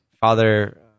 Father